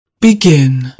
Begin